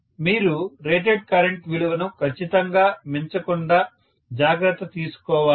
మీరు rated current విలువను ఖచ్చితంగా మించకుండా జాగ్రత్త తీసుకోవాలి